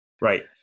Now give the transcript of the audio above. Right